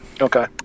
Okay